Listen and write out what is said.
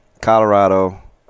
Colorado